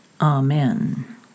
Amen